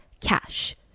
cash